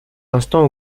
l’instant